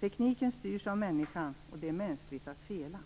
Tekniken styrs av människan, och det är mänskligt att fela.